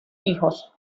hijos